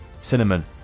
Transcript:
cinnamon